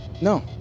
No